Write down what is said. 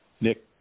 Nick